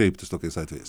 kreiptis tokiais atvejais